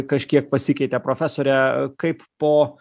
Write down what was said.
kažkiek pasikeitė profesore kaip po